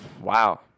Wow